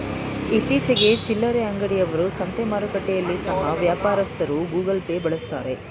ಇತ್ತೀಚಿಗೆ ಚಿಲ್ಲರೆ ಅಂಗಡಿ ಅವರು, ಸಂತೆ ಮಾರುಕಟ್ಟೆಯಲ್ಲಿ ಸಹ ವ್ಯಾಪಾರಸ್ಥರು ಗೂಗಲ್ ಪೇ ಬಳಸ್ತಾರೆ